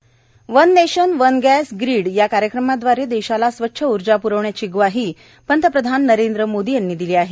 PM one nation one gas grid या कार्यक्रमादवारे देशाला स्वच्छ उर्जा प्रवण्याची ग्वाही पंतप्रधान नरेंद्र मोदी यांनी दिली आहे